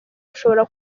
bushobora